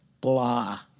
blah